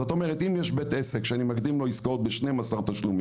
זאת אומרת אם יש בית עסק שאני מקדים לו עסקאות ב-12 תשלומים,